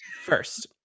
first